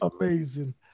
Amazing